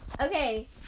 Okay